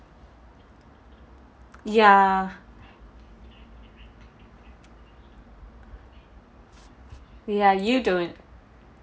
ya ya you don't